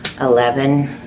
eleven